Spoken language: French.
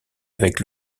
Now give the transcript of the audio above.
avec